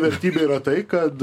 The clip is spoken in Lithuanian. vertybė yra tai kad